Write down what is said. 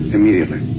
Immediately